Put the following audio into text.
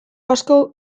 asko